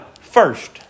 first